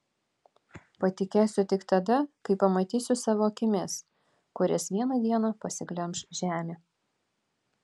patikėsiu tik tada kai pamatysiu savo akimis kurias vieną dieną pasiglemš žemė